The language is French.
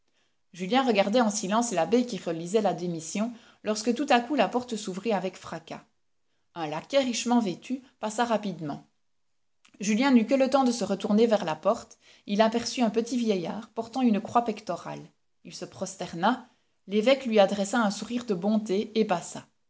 julien regardait en silence l'abbé qui relisait la démission lorsque tout à coup la porte s'ouvrit avec fracas un laquais richement vêtu passa rapidement julien n'eut que le temps de se retourner vers la porte il aperçut un petit vieillard portant une croix pectorale il se prosterna l'évêque lui adressa un sourire de bonté et passa